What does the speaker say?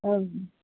औ